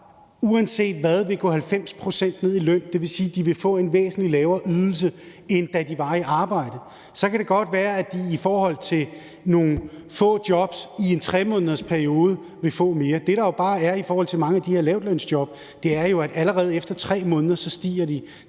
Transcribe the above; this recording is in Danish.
uanset hvad vil gå 90 pct. ned i løn. Det vil sige, at de vil få en væsentlig lavere ydelse, end da de var i arbejde. Så kan det godt være, at de i forhold til nogle få jobs i en 3-månedersperiode vil få mere. Det, der jo bare er sagen i forhold til mange af de her lavtlønsjob, er, at allerede efter 3 måneder stiger de.